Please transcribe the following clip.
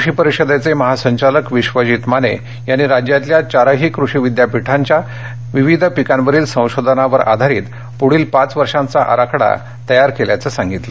कृषि परिषदेचे महासंचालक विश्वजीत माने यांनी राज्यातल्या चारही कृषि विद्यापीठांच्या वेगवेगळ्या पिकांवरील संशोधनावर आधारीत पुढील पाच वर्षाचा आराखडा तयार केल्याचं सांगितलं